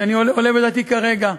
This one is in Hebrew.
שעולה בדעתי כרגע.